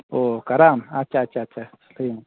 ᱚᱸᱻ ᱠᱟᱨᱟᱱ ᱟᱪᱷᱟ ᱟᱪᱷᱟ ᱟᱪᱷᱟ ᱞᱟᱹᱭ ᱢᱮ